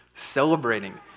Celebrating